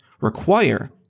require